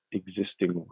existing